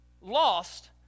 lost